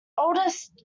oldest